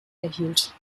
erhielt